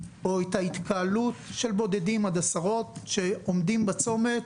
או את ההתקהלות של בודדים עד עשרות שעומדים בצומת,